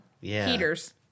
Heaters